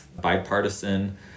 bipartisan